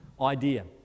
idea